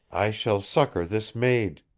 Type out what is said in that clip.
i shall succor this maid.